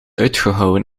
uitgehouwen